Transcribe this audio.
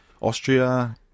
Austria